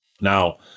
Now